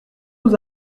sous